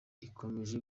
ikomeje